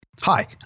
Hi